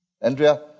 Andrea